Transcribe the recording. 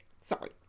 Sorry